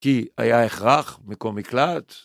כי היה הכרח מקום מקלט.